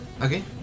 Okay